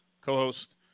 co-host